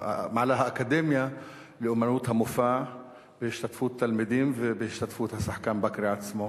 האקדמיה לאמנות המופע בהשתתפות תלמידים ובהשתתפות השחקן בכרי עצמו.